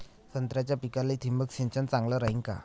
संत्र्याच्या पिकाले थिंबक सिंचन चांगलं रायीन का?